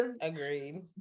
Agreed